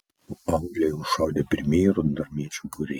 o aūle jau šaudė pirmieji raudonarmiečių būriai